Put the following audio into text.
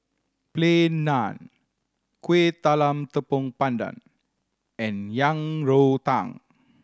Plain Naan Kueh Talam Tepong Pandan and Yang Rou Tang